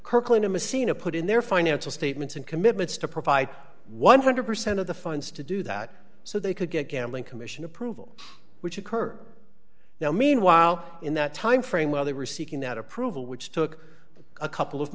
kirkland in a scene a put in their financial statements and commitments to provide one hundred percent of the funds to do that so they could get gambling commission approval which occurred now meanwhile in that time frame where they were seeking that approval which took a couple of